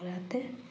रहतै